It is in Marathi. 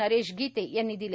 नरेश गिते यांनी दिले